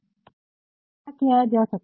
तो क्या किया जा सकते है